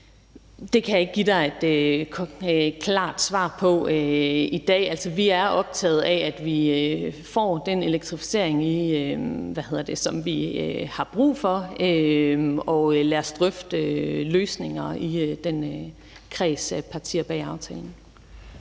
Det kan jeg ikke give dig et klart svar på i dag. Vi er optaget af, at vi får den elektrificering, som vi har brug for. Lad os drøfte løsninger i kredsen af partier bag aftalen.